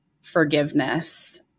forgiveness